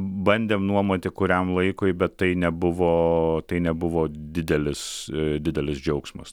bandėm nuomoti kuriam laikui bet tai nebuvo tai nebuvo didelis didelis džiaugsmas